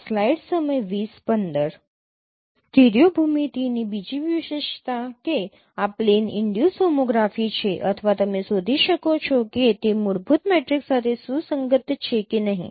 stereo ભૂમિતિની બીજી વિશેષતા કે આ પ્લેન ઈનડ્યુસ હોમોગ્રાફી છે અથવા તમે શોધી શકો છો કે તે મૂળભૂત મેટ્રિક્સ સાથે સુસંગત છે કે નહીં